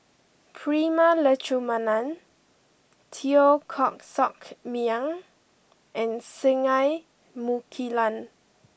Prema Letchumanan Teo Koh Sock Miang and Singai Mukilan